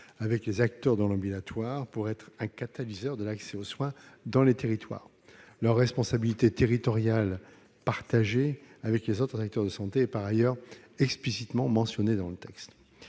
avec les acteurs de l'ambulatoire, pour être des catalyseurs de l'accès aux soins dans les territoires. Leur responsabilité territoriale, partagée avec les autres acteurs de santé, est déjà explicitement mentionnée. Quant